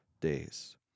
days